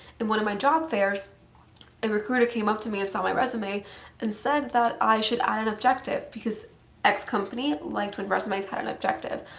in one of my job fairs a recruiter came up to me and saw my resume and said that i should add an objective because x company liked when resumes had an objective.